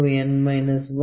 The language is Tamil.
D M